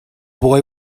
boy